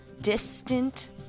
distant